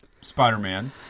Spider-Man